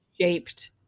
shaped